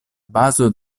bazo